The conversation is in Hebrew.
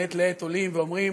מעת לעת עולים ואומרים: